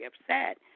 upset